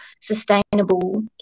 sustainable